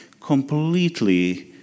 completely